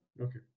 Okay